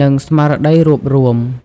និងស្មារតីរួបរួម។